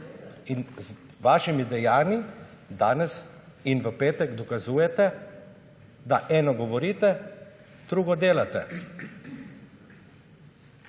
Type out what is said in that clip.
In s svojimi dejanji danes in v petek dokazujete, da eno govorite, drugo delate.